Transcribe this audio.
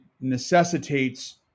necessitates